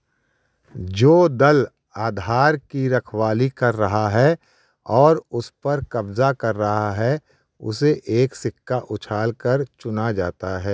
जो दल आधार की रखवाली कर रहा है और उस पर कब्ज़ा कर रहा है उसे एक सिक्का उछाल कर चुना जाता है